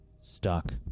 stuck